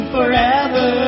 forever